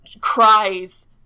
cries